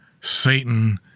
Satan